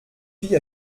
fille